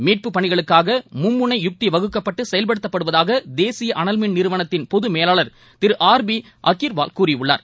மீட்புப் பணிகளுக்காக மும்முனை யுக்தி வகுக்கப்பட்டு செயல்படுத்தப்படுவதாக தேசிய அனல்மின் நிறுவனத்தின் பொது மேலாளர் திரு ஆர் பி அகிர்வால் கூறியுள்ளார்